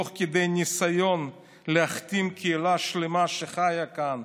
תוך כדי ניסיון להכתים קהילה שלמה שחיה כאן,